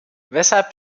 weshalb